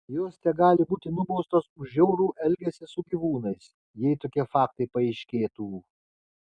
jos tegali būti nubaustos už žiaurų elgesį su gyvūnais jei tokie faktai paaiškėtų